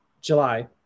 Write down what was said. July